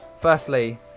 firstly